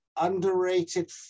underrated